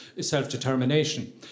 self-determination